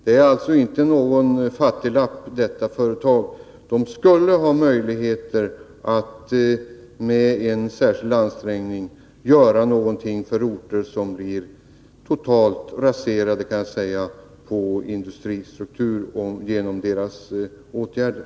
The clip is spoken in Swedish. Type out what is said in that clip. Det handlar alltså inte om någon fattiglapp, utan företaget skulle ha möjligheter att göra särskilda ansträngningar för orter som blir totalt raserade, kan man säga, i sin industristruktur genom detta företags åtgärder.